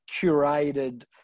curated